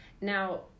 Now